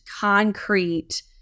concrete